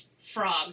frog